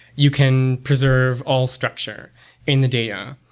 you can preserve all structure in the data.